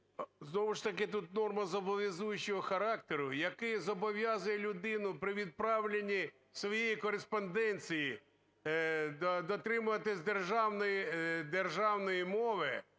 знову ж таки, тут норма зобов'язуючого характеру, яка зобов'язує людину при відправленні своєї кореспонденції дотримуватися державної,